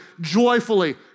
joyfully